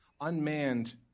unmanned